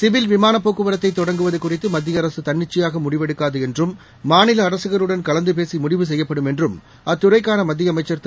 civil விமானப் போக்குவரத்தை தொடங்குவது குறித்து மத்திய அரசு தன்னிச்சையாக முடிவெடுக்காது என்றும் மாநில அரசுகளுடன் கலந்து பேசி முடிவு செய்யும் என்றும் அத்துறைக்கான மத்திய அமைச்சா் திரு